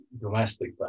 domestic